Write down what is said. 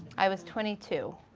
i was twenty two.